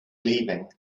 leaving